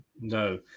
No